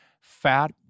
Fat